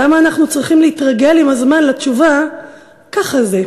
למה אנחנו צריכים להתרגל עם הזמן לתשובה "ככה זה"?